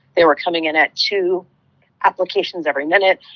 they were coming in at two applications every minute.